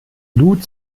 glut